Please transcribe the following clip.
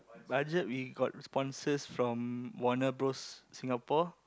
budget we got sponsors from Warner-Bros Singapore